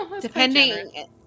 depending